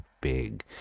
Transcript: big